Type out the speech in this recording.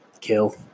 kill